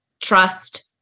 trust